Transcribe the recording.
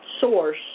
source